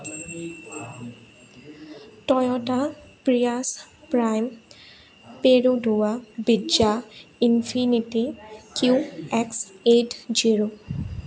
Toyota Prius Prime Perodua Bezza Infiniti Q X eight zero